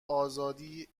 ازادی